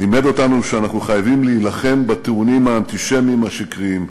לימד אותנו שאנחנו חייבים להילחם בטיעונים האנטישמיים השקריים.